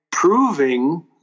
proving